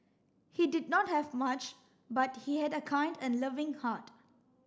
he did not have much but he had a kind and loving heart